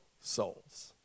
souls